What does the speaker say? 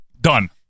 done